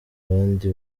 abandi